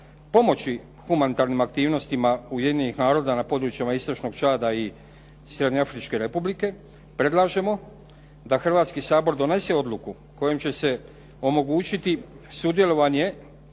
pomoći humanitarnima aktivnostima Ujedinjenih naroda na područjima istočnog Čada i Srednjeafričke Republike, predlažemo da Hrvatski sabor donese odluku kojom će se omogućiti sudjelovanje